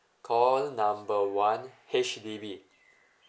cause number one H_D_B